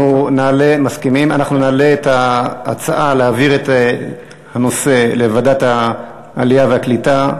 אנחנו נעלה את ההצעה להעביר את הנושא לוועדת העלייה והקליטה.